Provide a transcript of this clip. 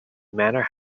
manor